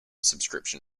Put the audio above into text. subscription